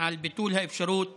לביטול האפשרות